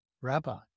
Rabbi